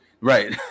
Right